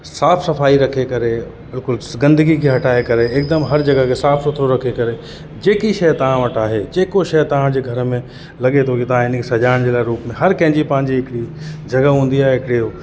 साफ़ु सफ़ाई रखे करे बिल्कुलु गंदगी खे हटाए करे हिकदमि हर जॻह खे साफ़ु सुथिरो रखे करे जेकी शइ तव्हां वटि आहे जेको शइ तव्हांजे घर में लॻे थो कि तव्हां हिनखे सजाइण जे लाइ रूप में हर कंहिं जी पंहिंजी हिकिड़ी जॻ हूंदी आहे हिकिड़ियो